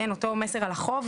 אותו מסר על החוב,